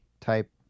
type